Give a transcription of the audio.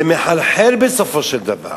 זה מחלחל בסופו של דבר.